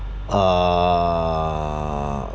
uh